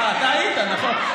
אה, אתה היית, נכון.